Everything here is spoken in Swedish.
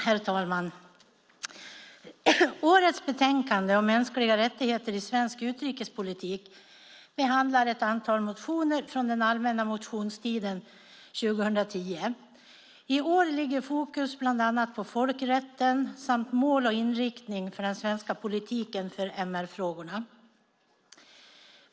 Herr talman! Årets betänkande om mänskliga rättigheter i svensk utrikespolitik behandlar ett antal motioner från den allmänna motionstiden 2010. I år ligger fokus bland annat på folkrätten samt mål och inriktning för den svenska politiken för MR-frågorna.